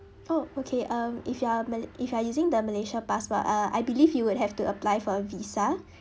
oh okay um if you are malay~ if you are using the malaysia passport uh I believe you would have to apply for a visa